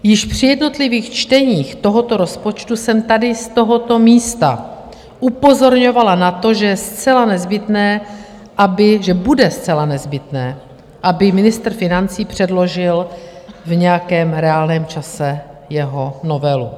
Již při jednotlivých čteních tohoto rozpočtu jsem tady z tohoto místa upozorňovala na to, že je zcela nezbytné, že bude zcela nezbytné, aby ministr financí předložil v nějakém reálném čase jeho novelu.